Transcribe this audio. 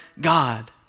God